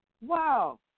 Wow